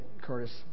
Curtis